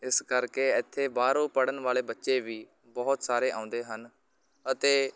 ਇਸ ਕਰਕੇ ਇੱਥੇ ਬਾਹਰੋਂ ਪੜ੍ਹਨ ਵਾਲੇ ਬੱਚੇ ਵੀ ਬਹੁਤ ਸਾਰੇ ਆਉਂਦੇ ਹਨ ਅਤੇ